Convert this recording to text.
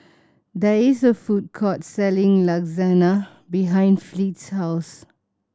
there is a food court selling Lasagna behind Fleet's house